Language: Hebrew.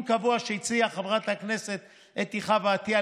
קבוע שהציעה חברת הכנסת אתי חוה עטייה,